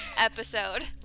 episode